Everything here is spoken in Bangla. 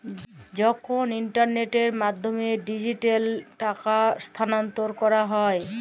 যখল ইলটারলেটের মাধ্যমে ডিজিটালি টাকা স্থালাল্তর ক্যরা হ্যয়